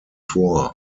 vor